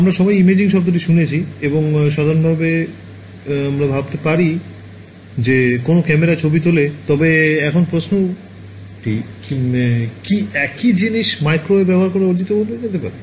আমরা সকলেই ইমেজিং শব্দটি শুনেছি এবং সাধারণত আমরা ভাবতে পারি যে কোনও ক্যামেরা ছবি তোলে তবে এখন প্রশ্নটি কি একই জিনিস মাইক্রোওয়েভ ব্যবহার করে অর্জিত হতে পারে